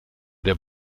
der